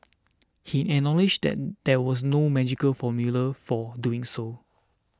he acknowledged that there was no magical formula for doing so